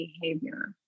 behavior